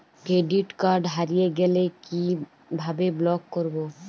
Credit card হারিয়ে গেলে কি ভাবে ব্লক করবো?